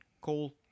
coal